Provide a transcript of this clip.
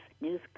News